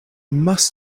must